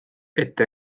ette